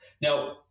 now